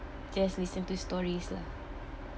just listen to stories lah